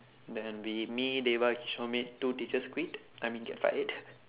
then we me dava kishu made two teachers quit I mean get fired